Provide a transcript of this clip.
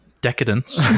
Decadence